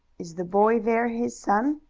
is the boy there his son?